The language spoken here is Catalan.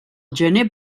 gener